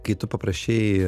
kai tu paprašei